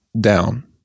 down